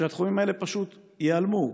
התחומים האלה פשוט ייעלמו,